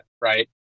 right